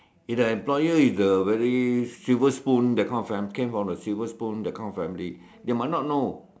if the employer is the very silver spoon that kind of fam came from the silver spoon that kind of family they might not know